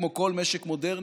כמו כל משק מודרני,